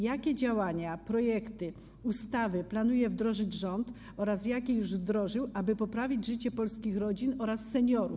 Jakie działania, projekty, ustawy planuje wdrożyć rząd oraz jakie już wdrożył, aby poprawić życie polskich rodzin oraz seniorów?